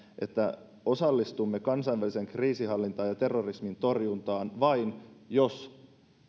että osallistumme kansainväliseen kriisinhallintaan ja terrorismin torjuntaan vain jos